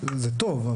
זה טוב,